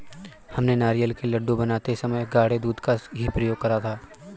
हमने नारियल के लड्डू बनाते समय गाढ़े दूध का ही प्रयोग करा था